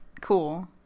Cool